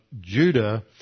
Judah